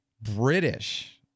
British